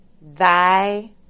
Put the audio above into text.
Thy